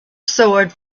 sword